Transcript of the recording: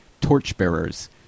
torchbearers